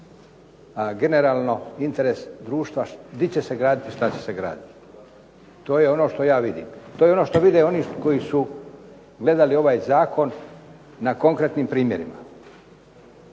generalno interes društva gdje će se graditi i šta će se graditi. To je ono što ja vidim. To je ono što vide oni koji su gledali ovaj zakon na konkretnim primjerima.